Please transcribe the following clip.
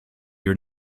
your